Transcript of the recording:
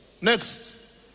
Next